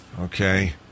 Okay